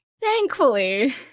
Thankfully